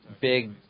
big